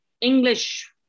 English